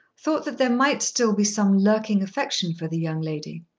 thought that there might still be some lurking affection for the young lady.